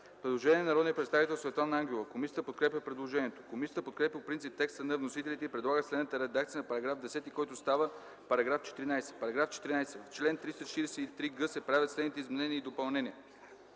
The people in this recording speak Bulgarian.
предложение на народния представител Светлана Ангелова. Комисията подкрепя предложението. Комисията подкрепя по принцип текста на вносителите и предлага следната редакция за § 10, който става § 14: „§ 14. В чл. 343г се правят следните изменения и допълнения: